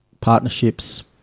partnerships